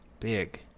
Big